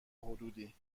حدودی